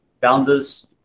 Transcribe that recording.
founders